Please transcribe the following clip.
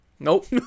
nope